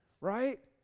right